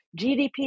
GDP